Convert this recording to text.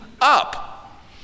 up